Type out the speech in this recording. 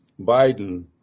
Biden